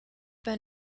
been